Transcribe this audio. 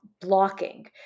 blocking